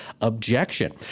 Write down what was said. objection